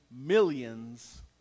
millions